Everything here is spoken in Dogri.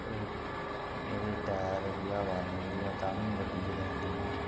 ओह् एह्दे टैर दी हवा निकली जा तां बी गड्डी चलाई जंदे न ओह्